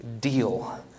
deal